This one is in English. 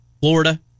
Florida